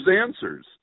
Answers